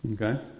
Okay